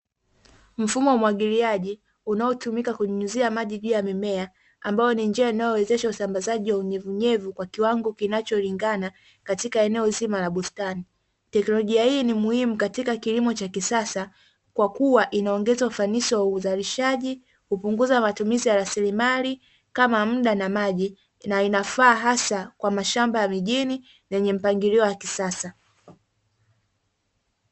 Mfumo wa umwagiliaji unaotumika kunyunyizia maji juu ya mimea ambayo ni njia inayowezesha usambazaji wa unyevunyevu kwa kiwango kinacholingana katika eneo zima la bustani. Teknolojia hii ni muhimu katika kilimo cha kisasa kwa kuwa inaongeza ufanisi wa uzalishaji, hupunguza matumizi ya rasilimali kama muda na maji na inafaa hasa kwa mashamba ya mijini na yenye mpangilio wa kisasa.